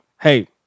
hey